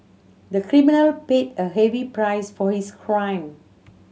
the criminal paid a heavy price for his crime